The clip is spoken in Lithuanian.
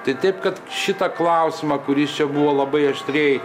tai taip kad šitą klausimą kuris čia buvo labai aštriai